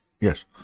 yes